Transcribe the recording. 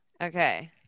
Okay